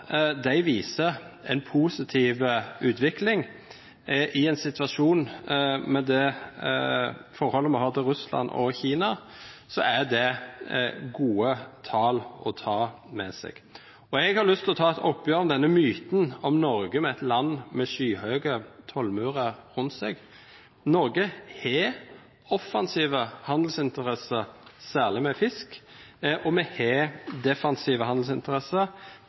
De viser en positiv utvikling. Med det forholdet vi har til Russland og Kina, er det gode tall å ta med seg. Jeg har lyst til å ta et oppgjør med myten om Norge som et land med skyhøye tollmurer rundt seg. Norge har offensive handelsinteresser, særlig når det gjelder fisk, og vi har defensive handelsinteresser,